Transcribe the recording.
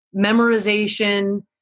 memorization